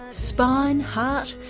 spine, heart,